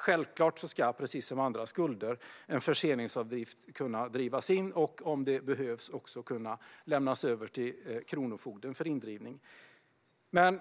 Självklart ska, precis som andra skulder, en förseningsavgift kunna drivas in och, om det behövs, lämnas över till kronofogden för indrivning.